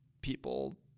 people